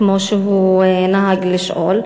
כמו שהוא נהג לשאול.